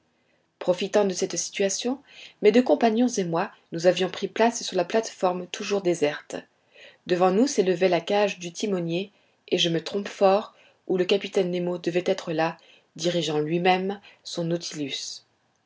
profitant de cette situation mes deux compagnons et moi nous avions pris place sur la plate-forme toujours déserte devant nous s'élevait la cage du timonier et je me trompe fort ou le capitaine nemo devait être là dirigeant lui-même son nautilus